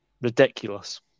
Ridiculous